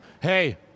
Hey